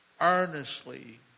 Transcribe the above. earnestly